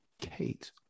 Kate